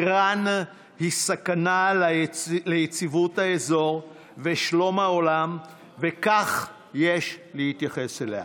איראן היא סכנה ליציבות האזור ולשלום העולם וכך יש להתייחס אליה.